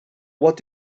what